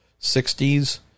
60s